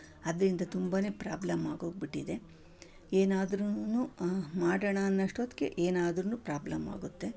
ಅದರಿಂದ ತುಂಬನೇ ಪ್ರಾಬ್ಲಮ್ಮಾಗೋಗ್ಬಿಟ್ಟಿದೆ ಏನಾದ್ರೂನು ಮಾಡೋಣ ಅನ್ನೋಷ್ಟೊತ್ತಿಗೆ ಏನಾದ್ರೂ ಪ್ರಾಬ್ಲಮ್ಮಾಗುತ್ತೆ